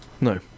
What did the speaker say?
No